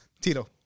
Tito